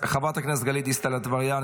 חברת הכנסת גלית דיסטל אטבריאן,